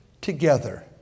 together